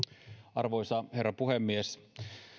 arvoisa herra puhemies